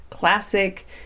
classic